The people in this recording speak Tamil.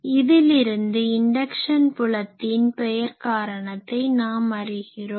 இதலிருந்து இன்டக்ஷன் புலத்தின் பெயர் காரணத்தை நாம் அறிகிறோம்